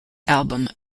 album